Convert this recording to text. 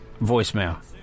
Voicemail